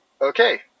okay